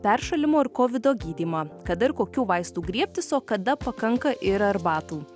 peršalimo ir kovido gydymą kada ir kokių vaistų griebtis o kada pakanka ir arbatų